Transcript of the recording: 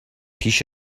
پیش